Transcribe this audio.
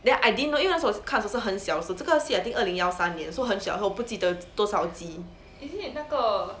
then I didn't know 因为那时候我是看是很小的时候这套戏 I think 零幺三年 so 很小时后我不记得多少集